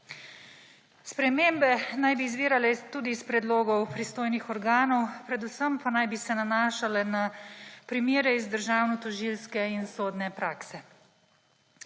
Spremembe naj bi izvirale tudi iz predlogov pristojnih organov, predvsem pa naj bi se nanašale na primere iz državnotožilske in sodne prakse.